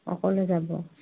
অকলে যাব